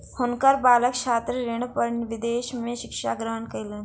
हुनकर बालक छात्र ऋण पर विदेश में शिक्षा ग्रहण कयलैन